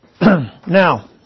now